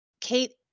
Kate